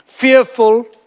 fearful